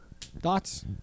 Thoughts